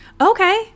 Okay